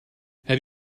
have